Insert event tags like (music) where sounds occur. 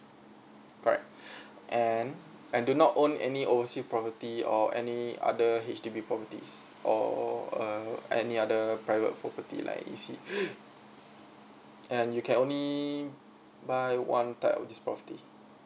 correct (breath) and and do not own any oversea property or any other H_D_B properties or uh any other private property like and E_C (breath) and you can only buy one type of this property